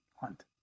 hunt